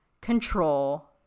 Control